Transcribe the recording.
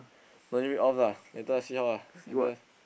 no need read off lah later see how ah later